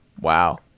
Wow